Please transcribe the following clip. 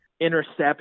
intercept